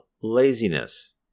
laziness